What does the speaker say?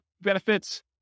benefits